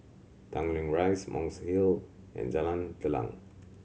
Tanglin Rise Monk's Hill and Jalan Telang